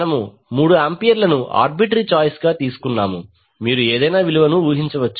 మనము 3 ఆంపియర్లను arbitrary choice గా తీసుకున్నాము మీరు ఏదైనా విలువను ఊహించవచ్చు